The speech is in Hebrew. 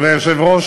אדוני היושב-ראש,